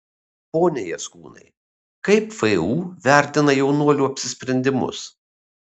pone jaskūnai kaip vu vertina jaunuolių apsisprendimus